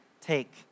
take